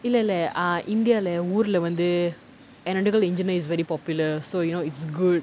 இல்ல இல்ல:illa illa ah india leh ஊர்ல வந்து:oorla vanthu analytical engineer is very popular so you know it's good